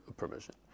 permission